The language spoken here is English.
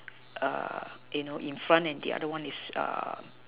you know in front and the other one is